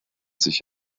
sich